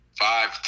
five